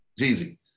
easy